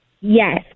Yes